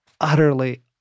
utterly